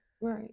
right